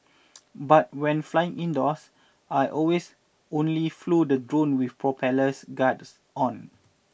but when flying indoors I always only flew the drone with propellers guards on